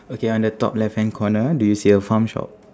okay on the top left hand corner do you see a farm shop